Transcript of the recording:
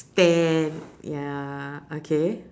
stand ya okay